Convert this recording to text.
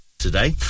today